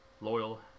Loyal